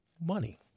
money